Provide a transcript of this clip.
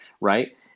Right